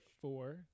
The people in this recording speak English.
four